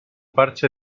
parche